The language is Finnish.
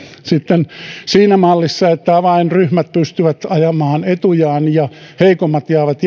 sitten siinä mallissa että avainryhmät pystyvät ajamaan etujaan ja heikommat jäävät